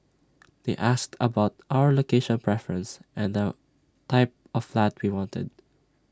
they asked about our location preference and the type of flat we wanted